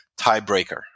tiebreaker